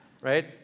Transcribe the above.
right